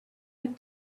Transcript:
had